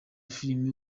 filime